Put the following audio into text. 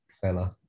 fella